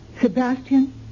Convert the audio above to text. Sebastian